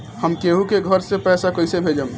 हम केहु के घर से पैसा कैइसे भेजम?